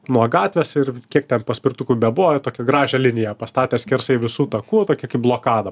nuo gatvės ir kiek paspirtukų bebuvo tokią gražią liniją pastatė skersai visų takų tokią kaip blokadą